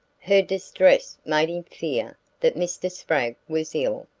her distress made him fear that mr. spragg was ill,